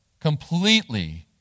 completely